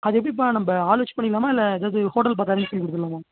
அது எப்படிப்பா நம்ம ஆள் வச்சு பண்ணிடலாமா இல்லை ஏதாவது ஹோட்டல் பார்த்து அரேஞ்ச் பண்ணி கொடுத்துட்லாமா